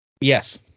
Yes